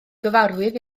gyfarwydd